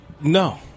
No